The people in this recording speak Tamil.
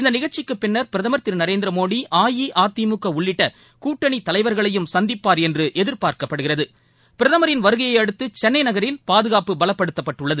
இந்த நிகழ்ச்சிக்கு பின்னர் பிரதமர் திரு நரேந்திரமோடி அஇஅதிமுக உள்ளிட்ட கூட்டணி தலைவர்களையும் சந்திப்பார் என்று எதிர்பார்க்கட்படுகிறது பிரதமரின் வருகையை அடுத்து சென்ளை நகரில் பாதுகாப்பு பலப்படுத்தப்பட்டுள்ளது